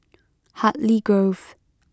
Hartley Grove